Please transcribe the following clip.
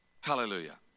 Hallelujah